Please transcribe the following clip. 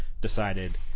decided